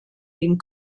den